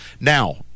now